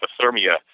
hypothermia